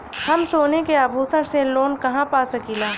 हम सोने के आभूषण से लोन कहा पा सकीला?